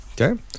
Okay